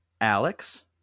Alex